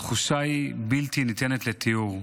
התחושה היא בלתי ניתנת לתיאור,